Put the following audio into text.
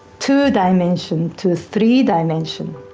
two dimension to three dimension,